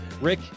Rick